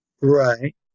right